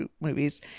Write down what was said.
movies